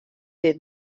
dit